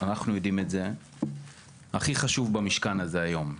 אנחנו יודעים את זה, הכי חשוב במשכן הזה היום.